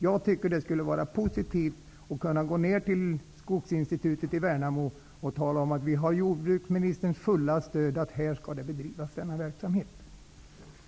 Jag tycker att det skulle vara positivt att kunna komma ner till Skogsinstitutet i Värnamo och tala om att vi har jordbruksministers fulla stöd för uppfattningen att denna verksamhet skall bedrivas där.